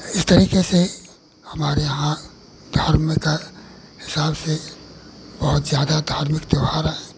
इस तरीक़े से हमारे यहाँ धर्म का हिसाब से बहुत ज़्यादा धार्मिक त्यौहार है